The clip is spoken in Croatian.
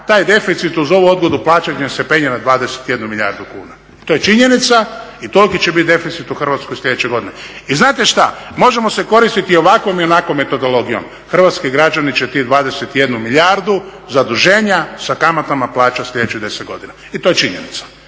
Taj deficit uz ovu odgodu plaćanja se penje na 21 milijardu kuna i to je činjenica i toliki će bit deficit u Hrvatskoj sljedeće godine. I znate šta, možemo se koristiti i ovakvom i onakvom metodologijom. Hrvatski građani će tih 21 milijardu zaduženja sa kamatama plaćati sljedećih 10 godina i to je činjenica,